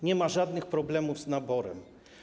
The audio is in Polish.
Nie ma żadnych problemów z naborem.